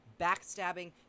backstabbing